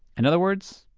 in other words,